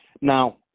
Now